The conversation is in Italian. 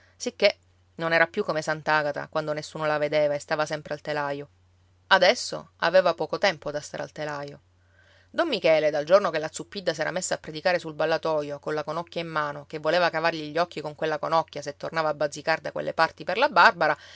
sicché non era più come sant'agata quando nessuno la vedeva e stava sempre al telaio adesso aveva poco tempo da stare al telaio don michele dal giorno che la zuppidda s'era messa a predicare sul ballatoio colla conocchia in mano che voleva cavargli gli occhi con quella conocchia se tornava a bazzicar da quelle parti per la barbara